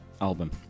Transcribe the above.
album